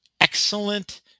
excellent